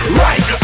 right